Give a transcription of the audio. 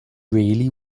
really